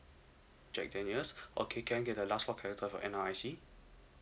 jack daniel okay can get a last four character for N_R_I_C